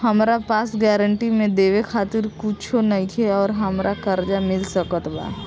हमरा पास गारंटी मे देवे खातिर कुछूओ नईखे और हमरा कर्जा मिल सकत बा?